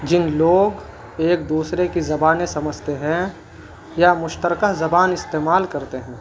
جن لوگ ایک دوسرے کی زبانیں سمجھتے ہیں یا مشترکہ زبان استعمال کرتے ہیں